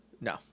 No